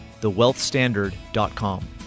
thewealthstandard.com